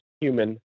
human